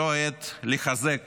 זו העת לחזק